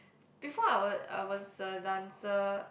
before I was I was a dancer